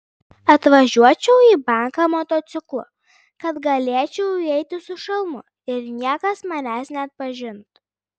atvažiuočiau į banką motociklu kad galėčiau įeiti su šalmu ir niekas manęs neatpažintų